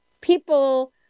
people